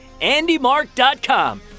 andymark.com